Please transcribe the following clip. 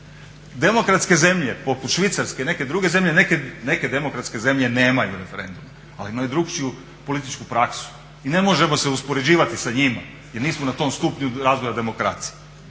Demokratske zemlje poput Švicarske i neke druge zemlje, neke demokratske zemlje nemaju referendume ali imaju drukčiju političku praksu i ne možemo se uspoređivati s njima jer nismo na tom stupnju razvoja demokracije,